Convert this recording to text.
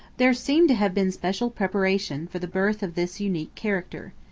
there seemed to have been special preparation for the birth of this unique character.